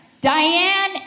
Diane